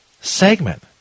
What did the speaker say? segment